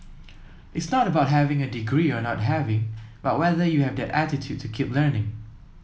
it's not about having a degree or not having but whether you have that attitude to keep learning